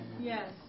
yes